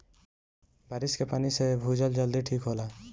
बारिस के पानी से भूजल जल्दी ठीक होला